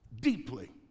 deeply